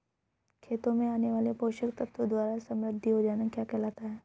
खेतों में आने वाले पोषक तत्वों द्वारा समृद्धि हो जाना क्या कहलाता है?